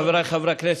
חבריי חברי הכנסת,